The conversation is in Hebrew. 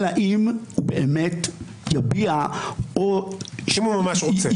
אלא אם באמת יביע או --- שאם הוא ממש רוצה.